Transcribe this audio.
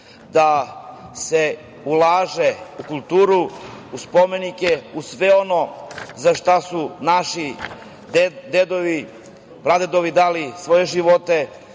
da se ulaže u kulturu, u spomenike, u sve ono za šta su naši dedovi, pradedovi dali svoje živote,